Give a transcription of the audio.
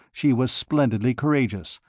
she was splendidly courageous,